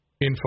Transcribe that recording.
info